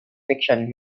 friction